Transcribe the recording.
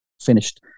finished